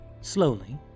Slowly